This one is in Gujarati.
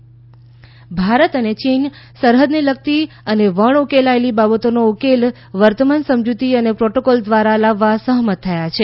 ભારત ચીન ભારત અને ચીન સરહદને લગતી અને વણઉકેલાયેલી બાબતોનો ઉકેલ વર્તમાન સમજૂતી અને પ્રોટોકોલ દ્રારા લાવવા સહમત થયા છે